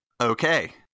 okay